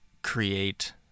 create